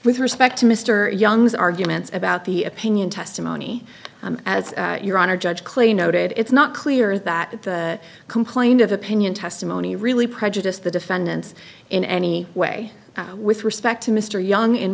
with respect to mr young's arguments about the opinion testimony as your honor judge clay noted it's not clear that the complaint of opinion testimony really prejudiced the defendants in any way with respect to mr young in